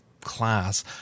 class